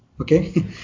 okay